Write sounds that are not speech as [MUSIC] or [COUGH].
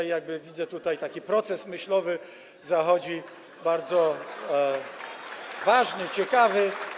Jakby widzę tutaj, że taki proces myślowy zachodzi bardzo ważny, [APPLAUSE] ciekawy.